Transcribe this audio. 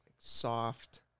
Soft